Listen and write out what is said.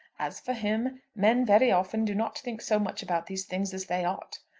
as for him, men very often do not think so much about these things as they ought.